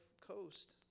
Coast